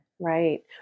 Right